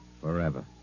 forever